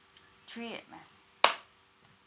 three M_S_F